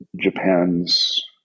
Japan's